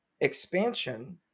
expansion